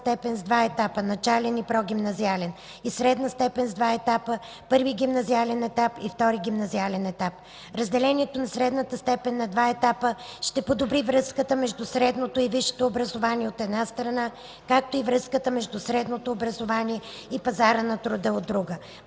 степен с два етапа: начален и прогимназиален, и средна степен с два етапа: първи гимназиален етап и втори гимназиален етап. Разделянето на средната степен на два етапа ще подобри връзката между средното и висшето образование, от една страна, както и връзката между средното образование и пазара на труда, от друга.